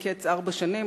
מקץ ארבע שנים,